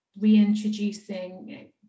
reintroducing